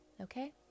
okay